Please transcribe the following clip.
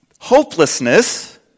Hopelessness